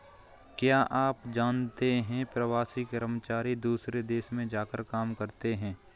क्या आप जानते है प्रवासी कर्मचारी दूसरे देश में जाकर काम करते है?